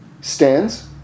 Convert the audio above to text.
stands